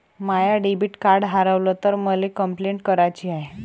माय debit card हारवल तर मले कंपलेंट कराची हाय